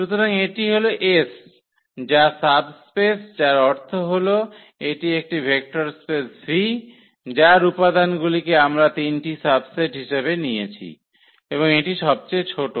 সুতরাং এটি হল 𝑆 যা সাবস্পেস যার অর্থ হল এটি একটি ভেক্টর স্পেস 𝑉 যার উপাদানগুলিকে আমরা তিনটি সাবসেট হিসাবে নিয়েছি এবং এটি সবচেয়ে ছোট